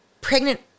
Pregnant